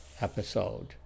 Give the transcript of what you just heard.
episode